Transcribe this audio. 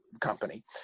company